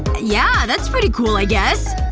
yeah, that's pretty cool i guess